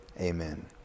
Amen